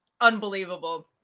unbelievable